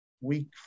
week